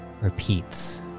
repeats